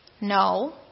No